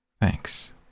Thanks